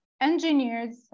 engineers